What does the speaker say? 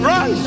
Run